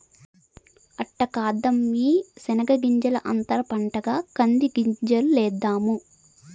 అట్ట కాదమ్మీ శెనగ్గింజల అంతర పంటగా కంది గింజలేద్దాము